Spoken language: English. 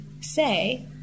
say